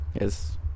Yes